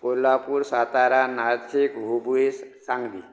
Kolhapur Satara Nashik Hubli Sangli